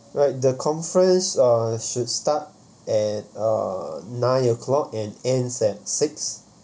right the conference uh should start at uh nine o'clock and ends at six